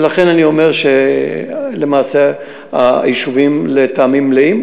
ולכן אני אומר שלמעשה היישובים לטעמי מלאים,